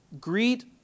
Greet